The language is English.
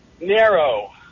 narrow